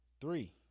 Three